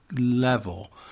level